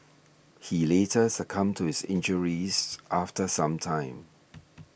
he later succumbed to his injuries after some time